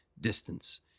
distance